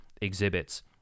exhibits